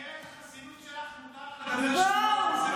במסגרת החסינות שלך מותר לך לדבר שטויות,